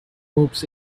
moves